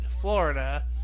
Florida